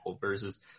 versus